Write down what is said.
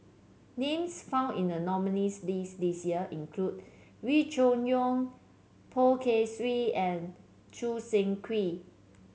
names found in the nominees' list this year include Wee Cho Yaw Poh Kay Swee and Choo Seng Quee